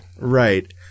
Right